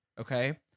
Okay